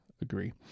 agree